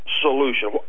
solution